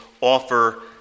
offer